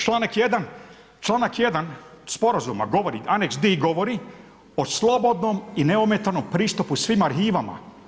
Članak 1. sporazuma, govori, anex D govori, o slobodnom i neometanom pristupu svim arhivama.